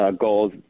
goals